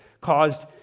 caused